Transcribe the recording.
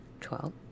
twelve